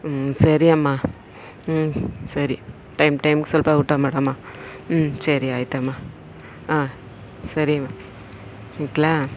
ಸರಿ ಅಮ್ಮ ಹ್ಞೂ ಸರಿ ಟೈಮ್ ಟೈಮ್ಗೆ ಸ್ವಲ್ಪ ಊಟ ಮಾಡಮ್ಮ ಸರಿ ಆಯ್ತಮ್ಮ ಸರಿಮ್ಮ ಇಕ್ಲಾ